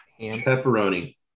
Pepperoni